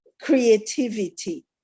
creativity